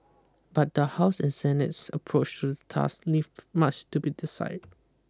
but the House and Senate's approach to task leave much to be decided